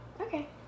Okay